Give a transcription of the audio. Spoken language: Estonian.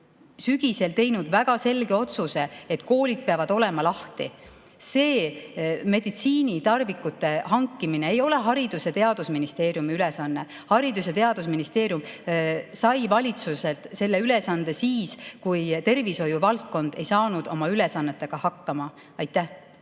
sügisel teinud väga selge otsuse, et koolid peavad lahti olema. Meditsiinitarvikute hankimine ei ole Haridus- ja Teadusministeeriumi ülesanne. Haridus- ja Teadusministeerium sai valitsuselt selle ülesande siis, kui tervishoiuvaldkond ei saanud oma ülesannetega hakkama. Aitäh!